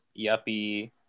yuppie